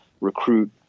recruit